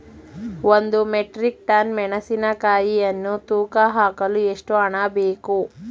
ಒಂದು metric ton ಮೆಣಸಿನಕಾಯಿಯನ್ನು ತೂಕ ಹಾಕಲು ಎಷ್ಟು ಹಣ ನೀಡಬೇಕು?